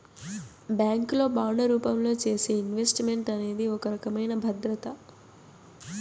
bank లో bond రూపంలో చేసే ఇన్వెస్ట్ మెంట్ అనేది ఒక రకమైన భద్రత